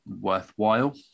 worthwhile